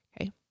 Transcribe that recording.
Okay